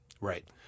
Right